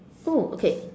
oh okay